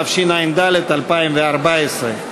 התשע"ד 2014,